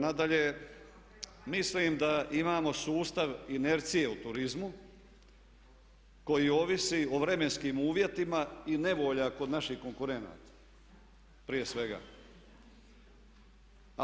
Nadalje, mislim da imamo sustav inercije u turizmu koji ovisi o vremenskim uvjetima i nevolja kod naših konkurenata prije svega.